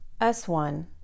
S1